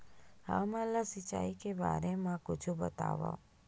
हमन ला सिंचाई के बारे मा कुछु बतावव?